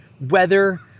weather